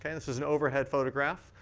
and this is an overhead photograph.